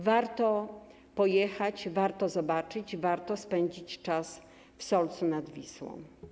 Warto pojechać, warto zobaczyć, warto spędzić czas w Solcu nad Wisłą.